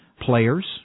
players